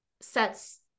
sets